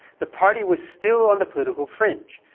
the party was still on the political fringe,